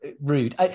rude